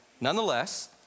Nonetheless